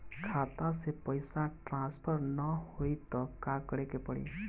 खाता से पैसा ट्रासर्फर न होई त का करे के पड़ी?